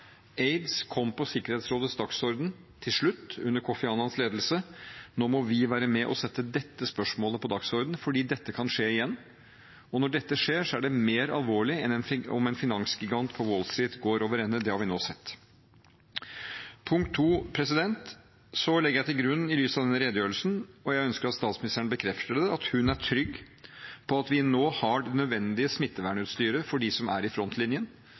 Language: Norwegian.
Aids kom på Sikkerhetsrådets dagsorden til slutt, under Kofi Annans ledelse. Nå må vi være med og sette dette spørsmålet på dagsordenen, for det kan skje igjen. Når dette skjer, er det mer alvorlig enn om en finansgigant på Wall Street går over ende. Det har vi nå sett. Mitt andre punkt er: I lys av denne redegjørelsen, og jeg ønsker at statsministeren bekrefter det, legger jeg til grunn at hun er trygg på at vi nå har det nødvendige smittevernutstyret for dem som er i frontlinjen